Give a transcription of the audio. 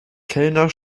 kellner